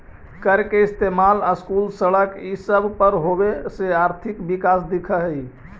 कर के इस्तेमाल स्कूल, सड़क ई सब पर होबे से आर्थिक विकास दिख हई